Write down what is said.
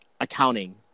accounting